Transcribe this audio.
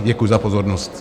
Děkuji za pozornost.